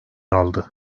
aldı